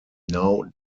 now